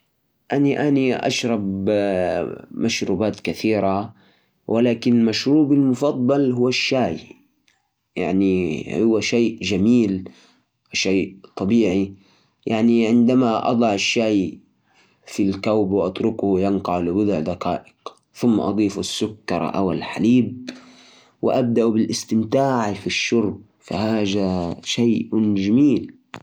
مشروبي المفضل هو عصير المانجو. لتحضيره، أول شيء أقطع مانجو ناضج وأحطه في الخلاط. بعدين أضيف شوية سكر إذا حبيت، وكوب موية أو حليب حسب الرغبة. أخلطهم مع بعض حتى يصير ناعم. وبعدين أقدمه في كاسات مع ثلج. المانجا طعمها لذيذ ومنعش، وأحب أشربه في الأيام الحارة.